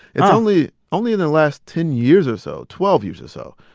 it's only only in the last ten years or so, twelve years or so,